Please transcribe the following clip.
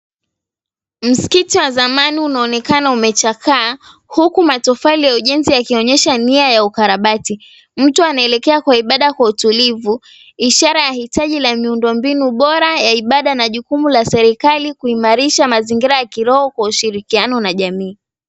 Msikiti wa zamani unaonekana umechakaa huku matofali ya ujenzi yakionyesha nia ya ukarabati. Mtu anaelekea kwa ibada kwa utulivu ishara ya hitaji la miuundo mbinu bora ya ibada na jukumu la serikali kuimarisha mazingira ya kiroho kwa ushirikiano na jamii.